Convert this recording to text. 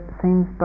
seems